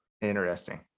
Interesting